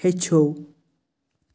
ہیٚچھو